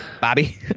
Bobby